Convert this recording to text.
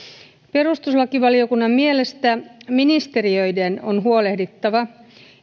perustuslakivaliokunnan mielestä ministeriöiden on huolehdittava